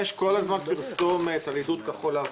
יש כל הזמן פרסומת על עידוד כחול-לבן.